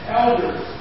elders